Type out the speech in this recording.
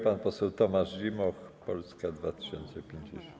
Pan poseł Tomasz Zimoch, Polska 2050.